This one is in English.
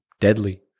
deadly